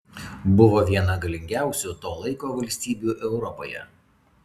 buvo viena galingiausių to laiko valstybių europoje